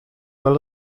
well